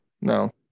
No